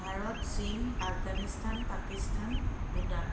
ভাৰত চীন আফগানিস্তান পাকিস্তান ভূটান